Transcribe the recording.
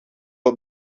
wij